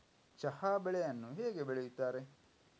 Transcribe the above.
ಚಹಾ ಬೆಳೆಯನ್ನು ಹೇಗೆ ಬೆಳೆಯುತ್ತಾರೆ?